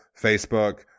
Facebook